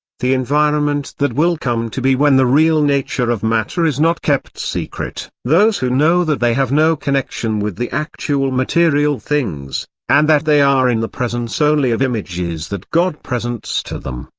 the environment that will come to be when the real nature of matter is not kept secret those who know that they have no connection with the actual material things, and that they are in the presence only of images that god presents to them,